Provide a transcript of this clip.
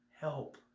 help